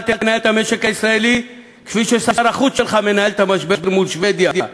אל תנהל את המשק הישראלי כפי ששר החוץ שלך מנהל את המשבר מול שבדיה.